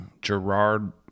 gerard